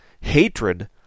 hatred